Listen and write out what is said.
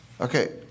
Okay